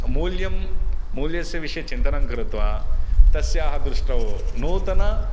मूल्यं मूल्यस्य विषये चिन्तनं कृत्वा तस्याः दृष्टौ नूतनम्